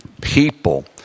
people